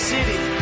City